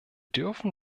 dürfen